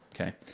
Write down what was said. Okay